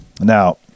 Now